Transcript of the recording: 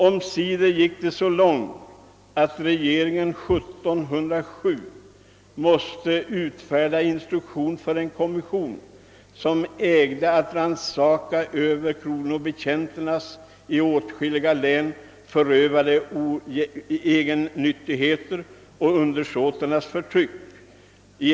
Omsider gick det så långt, att regeringen 1707 måste utfärda instruktion för en kommission, som ägde att rannsaka över kronobetjänternas i åtskilliga län förövade ”egennyttigheter och undersåtarnas förtryck”.